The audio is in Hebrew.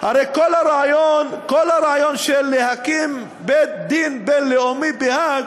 הרי כל הרעיון של הקמת בית-דין בין-לאומי בהאג,